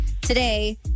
today